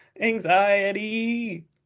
Anxiety